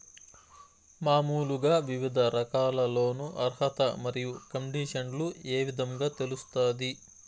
మామూలుగా వివిధ రకాల లోను అర్హత మరియు కండిషన్లు ఏ విధంగా తెలుస్తాది?